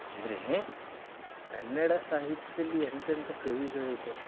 ಅಂದರೇ ಕನ್ನಡ ಸಾಹಿತ್ಯದಲ್ಲಿ ಎಂತೆಂತ ಕವಿಗಳಿದ್ದಾರೆ